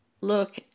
Look